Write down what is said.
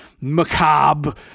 Macabre